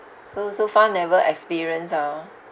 so so far never experience ah orh